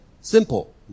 Simple